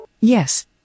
Yes